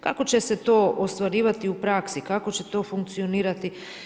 Kako će se to ostvarivati u praksi, kako će to funkcionirati.